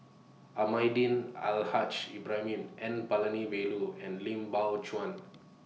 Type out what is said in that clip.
Almahdi Al Haj Ibrahim N Palanivelu and Lim Biow Chuan